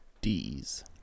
d's